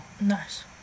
Nice